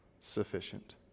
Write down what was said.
sufficient